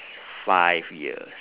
five years